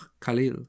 Khalil